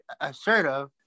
assertive